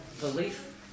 belief